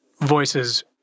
voices